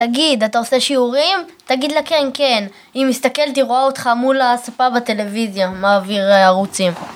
תגיד, אתה עושה שיעורים? תגיד לה כן כן, היא מסתכלת, היא רואה אותך מול הספה בטלוויזיה, מעביר ערוצים